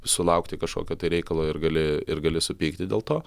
sulaukti kažkokio tai reikalo ir gali ir gali supykti dėl to